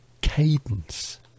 cadence